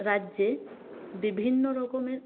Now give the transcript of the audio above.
রাজ্যে বিভিন্ন রকমের